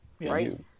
right